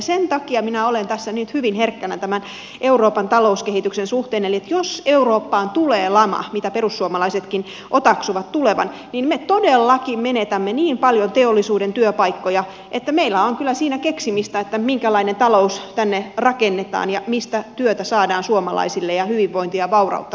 sen takia minä olen tässä nyt hyvin herkkänä tämän euroopan talouskehityksen suhteen eli jos eurooppaan tulee lama mitä perussuomalaisetkin otaksuvat tulevan niin me todellakin menetämme niin paljon teollisuuden työpaikkoja että meillä on kyllä siinä keksimistä minkälainen talous tänne rakennetaan ja mistä työtä saadaan suomalaisille ja hyvinvointia ja vaurautta sitten taottua